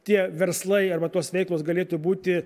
tie verslai arba tos veiklos galėtų būti